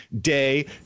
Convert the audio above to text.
day